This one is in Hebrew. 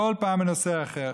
כל פעם בנושא אחר,